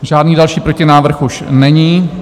Žádný další protinávrh už není.